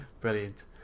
Brilliant